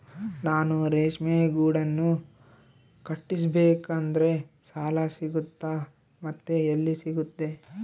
ನಾನು ರೇಷ್ಮೆ ಗೂಡನ್ನು ಕಟ್ಟಿಸ್ಬೇಕಂದ್ರೆ ಸಾಲ ಸಿಗುತ್ತಾ ಮತ್ತೆ ಎಲ್ಲಿ ಸಿಗುತ್ತೆ?